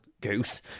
goose